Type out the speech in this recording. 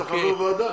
-- -חבר ועדה.